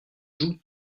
joues